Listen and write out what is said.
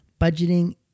budgeting